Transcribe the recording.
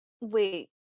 Wait